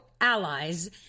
allies